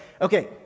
okay